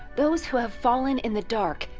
those who have fallen in the dark,